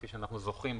כפי שאנחנו זוכרים,